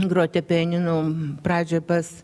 groti pianinu pradžia pas